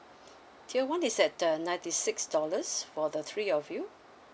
tier one is at the ninety six dollars for the three of you